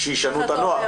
שישנו את הנוהל.